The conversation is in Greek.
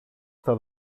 στα